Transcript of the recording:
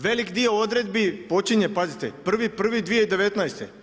Velik dio odredbi počinje pazite, 1.1.2019.